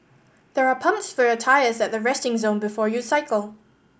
there are pumps for your tyres at the resting zone before you cycle